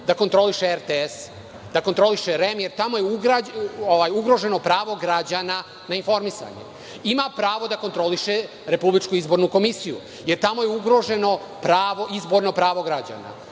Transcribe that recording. da kontroliše RTS, da kontroliše REM, jer tamo je ugroženo pravo građana na informisanje. Ima pravo da kontroliše RIK, jer tamo je ugroženo izbornog prava građana.